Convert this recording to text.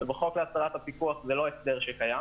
ובחוק להסדרת הפיקוח זה לא הסדר שקיים.